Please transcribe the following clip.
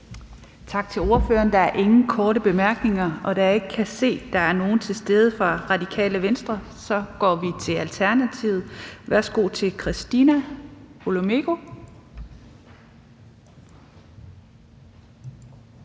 Tak til ordføreren. Der er ingen korte bemærkninger. Og da jeg ikke kan se, at der er nogen ordfører fra Radikale Venstre til stede, går vi videre til Alternativet. Værsgo til Christina Olumeko.